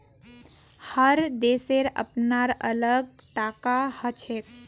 हर देशेर अपनार अलग टाका हछेक